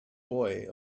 boy